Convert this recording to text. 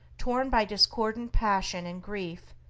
torn by discordant passion and grief,